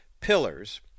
pillars